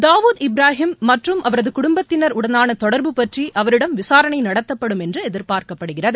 தாவூத் இப்ராஹிம் மற்றும் அவரது குடும்பத்தினர் உடனான தொடர்பு பற்றி அவரிடம் விசாரணை நடத்தப்படும் என்று எதிர்பார்க்கப்படுகிறது